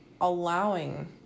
allowing